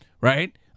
right